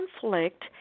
conflict